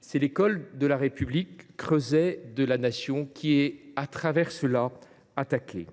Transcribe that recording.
C’est l’école de la République, creuset de la Nation, qui est ainsi attaquée.